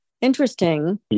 Interesting